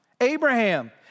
Abraham